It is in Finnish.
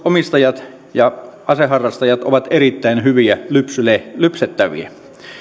omistajat ja aseharrastajat ovat erittäin hyviä lypsettäviä lypsettäviä